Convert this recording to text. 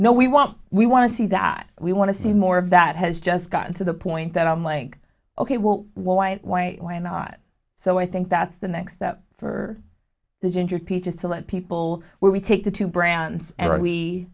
no we want we want to see that we want to see more of that has just gotten to the point that i'm like ok well why why why not so i think that's the next step for the ginger peach is to let people where we take the two brands